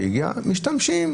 שמשתמשים.